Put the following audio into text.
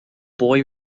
boy